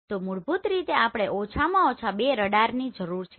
તો મૂળભૂત રીતે આપણે ઓછામાં ઓછા બે રડારની જરૂર છે